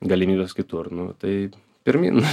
galimybes kitur nu tai pirmyn